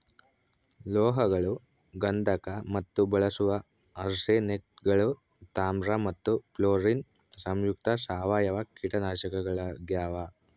ಲೋಹಗಳು ಗಂಧಕ ಮತ್ತು ಬಳಸುವ ಆರ್ಸೆನೇಟ್ಗಳು ತಾಮ್ರ ಮತ್ತು ಫ್ಲೋರಿನ್ ಸಂಯುಕ್ತ ಸಾವಯವ ಕೀಟನಾಶಕಗಳಾಗ್ಯಾವ